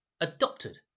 adopted